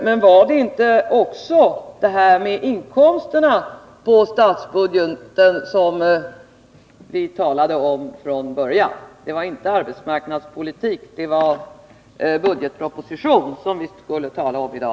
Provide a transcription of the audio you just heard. Men talade vi inte från början också om detta med inkomsterna i statsbudgeten? Det var inte arbetsmarknadspolitik, det var budgetpropositionen vi skulle tala om i dag.